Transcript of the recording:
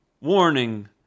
warning